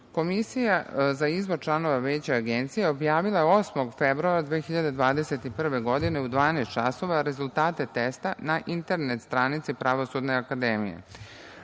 Komisija za izbor članova Veća Agencije objavila je 8. februara 2021. godine u 12.00 časova rezultate testa na internet stranici Pravosudne akademije.